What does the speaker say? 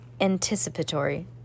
anticipatory